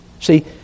See